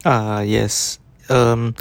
ah yes um